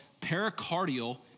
pericardial